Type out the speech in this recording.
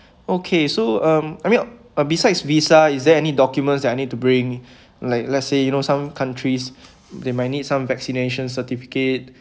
okay so um I mean uh besides visa is there any documents that I need to bring like let's say you know some countries they might need some vaccination certificate